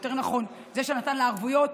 או יותר נכון זה שנתן לה ערבויות,